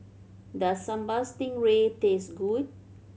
does Sambal Stingray taste good